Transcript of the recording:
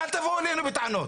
ולא לבזבז פה סתם שעות.